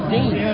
Dean